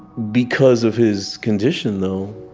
because of his condition, though,